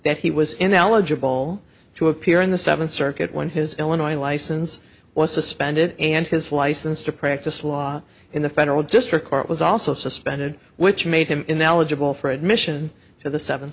that he was ineligible to appear in the seventh circuit when his illinois license was suspended and his license to practice law in the federal district court was also suspended which made him in the eligible for admission to the seven